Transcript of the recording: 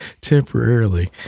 Temporarily